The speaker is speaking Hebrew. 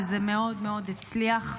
וזה מאוד מאוד הצליח,